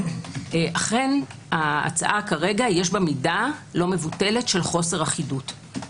אכן ההצעה כרגע יש בה מידה לא מבוטלת של חוסר אחידות.